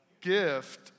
gift